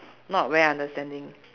not very understanding